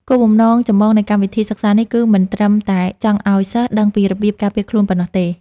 គោលបំណងចម្បងនៃកម្មវិធីសិក្សានេះ គឺមិនត្រឹមតែចង់ឱ្យសិស្សដឹងពីរបៀបការពារខ្លួនប៉ុណ្ណោះទេ។